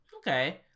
Okay